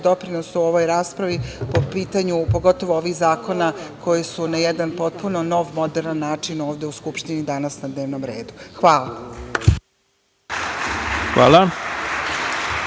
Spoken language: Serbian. doprinos ovoj raspravi po pitanju pogotovo ovih zakona, koji su na jedan potpuno nov, moderan način ovde u Skupštini danas na dnevnom redu. Hvala. **Ivica